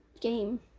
game